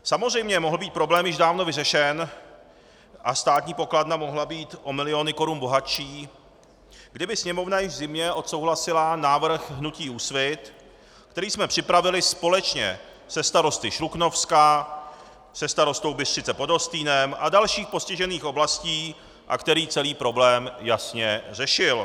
Samozřejmě mohl být problém již dávno vyřešen a státní pokladna mohla být o miliony korun bohatší, kdyby Sněmovna již v zimě odsouhlasila návrh hnutí Úsvit, který jsme připravili společně se starosty Šluknovska, se starostou Bystřice pod Hostýnem a dalších postižených oblastí a který celý problém jasně řešil.